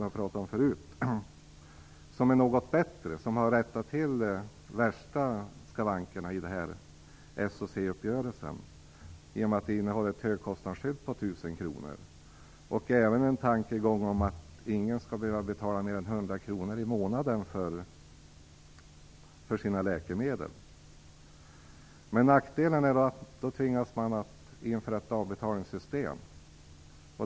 Det här förslaget är något bättre. De värsta skavankerna i s-cuppgörelsen har man rättat till i och med högkostnadsskyddet om 1 000 kr. Dessutom finns tankegången att ingen skall behöva betala mer än 100 kr i månaden för sina läkemedel. Nackdelen är emellertid att man då tvingas införa ett avbetalningssystem.